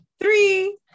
three